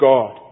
God